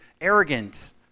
arrogant